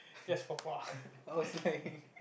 yes papa oh sorry